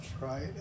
right